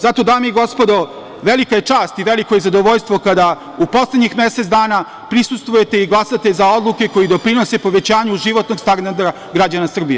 Zato, dame i gospodo, velika je čast i veliko je zadovoljstvo kada u poslednjih mesec dana prisustvujete i glasate za odluke koje doprinose povećanju životnog standarda građana Srbije.